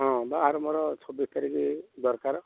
ହଁ ବାହାଘର ମୋର ଛବିଶ ତାରିଖ ଦରକାର